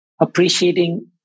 appreciating